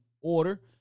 order